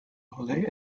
holloway